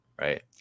right